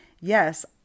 Yes